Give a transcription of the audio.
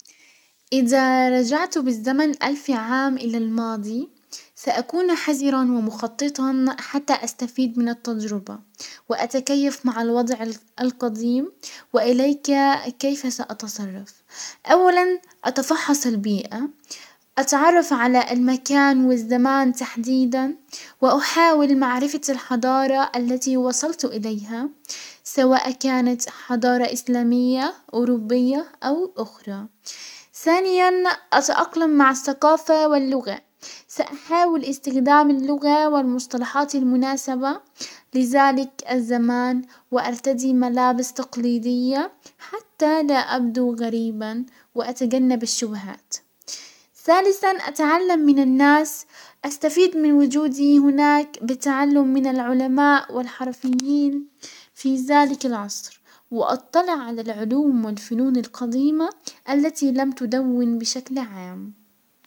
ازا رجعت بالزمن الف عام الى الماضي ساكون حذرا ومخططا حتى استفيد من التجربة، واتكيف مع الوضع القديم واليك كيف ساتصرف. اولا اتفحص البيئة نتعرف على المكان والزمان تحديدا، واحاول معرفة الحضارة التي وصلت اليها سواء كانت حضارة اسلامية اوروبية او اخرى. ثانيا اتأقلم مع الثقافة واللغة، ساحاول استخدام اللغة والمصطلحات المناسبة لزلك الزمان وارتدي ملابس تقليدية، حتى لا ابدو غريبا واتجنب الشبهات. سالسا اتعلم من الناس استفيد من وجودي هناك بتعلم من العلماء والحرفيين في زلك العصر واطلع على العلوم والفنون القديمة التي لم تدون بشكل عام.